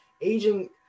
aging